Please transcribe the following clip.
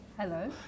Hello